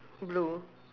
blue